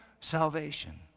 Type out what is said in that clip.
salvation